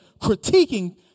critiquing